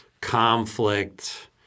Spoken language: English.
conflict